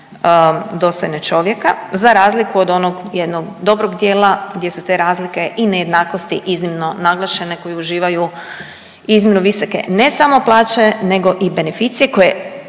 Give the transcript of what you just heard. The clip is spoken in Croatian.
dostojne čovjeka za razliku od onog jednog dobrog dijela gdje su te razlike i nejednakosti iznimno naglašene, koji uživaju iznimno visoke ne samo plaće nego i beneficije koje